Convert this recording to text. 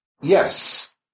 Yes